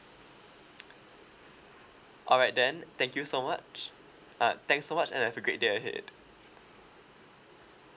alright then thank you so much uh thanks so much and have a great day ahead